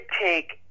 take